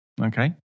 Okay